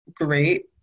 great